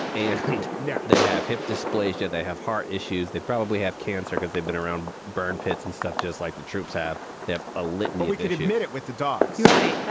and then yeah they have hip dysplasia. they have heart issues. they probably have cancer because they've been around burn pits and stuff just like the troops have. they have a little. but we did admit it with the dogs right.